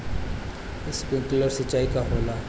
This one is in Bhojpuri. स्प्रिंकलर सिंचाई का होला?